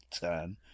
turn